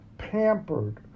Pampered